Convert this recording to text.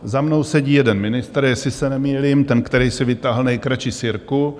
Za mnou sedí jeden ministr , jestli se nemýlím, ten, který si vytáhl nejkratší sirku.